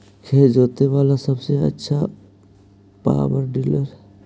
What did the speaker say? खेत जोते बाला सबसे आछा पॉवर टिलर?